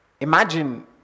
imagine